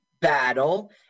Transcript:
battle